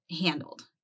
handled